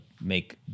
make